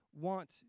want